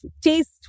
taste